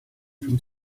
from